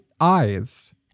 eyes